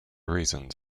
reasons